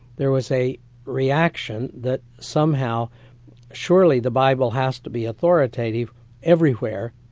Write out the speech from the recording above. there was a reaction that somehow surely the bible has to be authoritative everywhere,